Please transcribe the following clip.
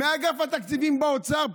מאגף התקציבים באוצר.